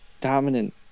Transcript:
dominant